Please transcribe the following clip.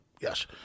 Yes